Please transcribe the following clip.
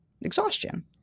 Exhaustion